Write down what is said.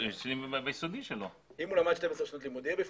אם הוא למד 12 שנות לימוד הוא יהיה בפנים,